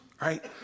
right